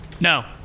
No